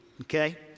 Okay